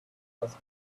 was